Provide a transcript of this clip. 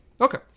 Okay